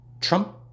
Trump